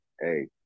hey